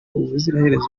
ubuziraherezo